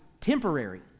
temporary